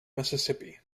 mississippi